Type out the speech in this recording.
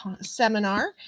seminar